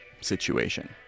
situation